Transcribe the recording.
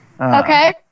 Okay